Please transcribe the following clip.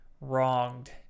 wronged